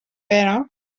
però